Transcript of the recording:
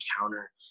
encounter